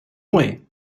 doing